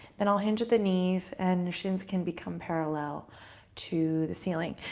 then i'll hinge at the knees, and the shins can become parallel to the ceiling.